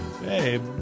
Hey